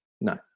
No